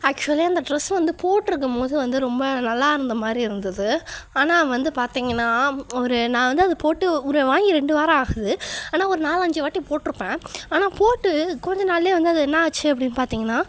actually அந்த dress வந்து போட்டிருக்கம்போது வந்து ரொம்ப நல்லா இருந்த மாதிரி இருந்தது ஆனால் வந்து பார்த்தீங்கன்னா ஒரு நான் வந்து அது போட்டு ஒரு வாங்கி ரெண்டு வாரம் ஆகுது ஆனால் ஒரு நாலஞ்சு வாட்டி போட்டிருப்பேன் ஆனால் போட்டு கொஞ்ச நாளிலே வந்து அது என்னாச்சு அப்படின்னு பார்த்தீங்கன்னா